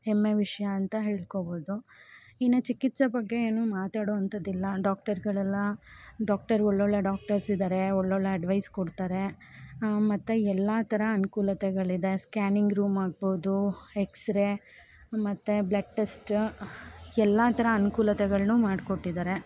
ಹೆಮ್ಮೆ ವಿಷಯ ಅಂತ ಹೇಳಿಕೋಬೋದು ಇನ್ನು ಚಿಕಿತ್ಸೆ ಬಗ್ಗೆ ಏನು ಮಾತಾಡುವಂಥದಿಲ್ಲ ಡಾಕ್ಟರ್ಗಳೆಲ್ಲ ಡಾಕ್ಟರ್ ಒಳ್ಳೊಳ್ಳೆ ಡಾಕ್ಟರ್ಸ್ ಇದ್ದಾರೆ ಒಳ್ಳೊಳ್ಳೆ ಅಡ್ವೈಸ್ ಕೊಡ್ತಾರೆ ಮತ್ತು ಎಲ್ಲ ಥರ ಅನುಕೂಲತೆಗಳಿದೆ ಸ್ಕ್ಯಾನಿಂಗ್ ರೂಮ್ ಆಗ್ಬೌದು ಎಕ್ಸ್ರೇ ಮತ್ತು ಬ್ಲೆಡ್ ಟೆಸ್ಟ್ ಎಲ್ಲ ಥರ ಅನ್ಕೂಲತೆಗಳನ್ನು ಮಾಡಿಕೊಟ್ಟಿದ್ದಾರೆ